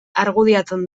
argudiatzen